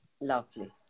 Lovely